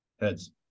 Heads